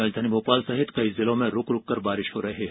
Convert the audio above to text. राजधानी भोपाल सहित कई जिलों में रूक रूकर बारिश हो रही है